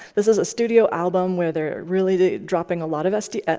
this is a studio album where they're really dropping a lot of lsd,